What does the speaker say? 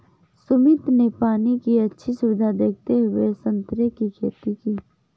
सुमित ने पानी की अच्छी सुविधा देखते हुए संतरे की खेती की